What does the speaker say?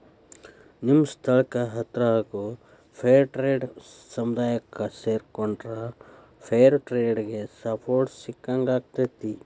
ನಿಮ್ಮ ಸ್ಥಳಕ್ಕ ಹತ್ರಾಗೋ ಫೇರ್ಟ್ರೇಡ್ ಸಮುದಾಯಕ್ಕ ಸೇರಿಕೊಂಡ್ರ ಫೇರ್ ಟ್ರೇಡಿಗೆ ಸಪೋರ್ಟ್ ಸಿಕ್ಕಂಗಾಕ್ಕೆತಿ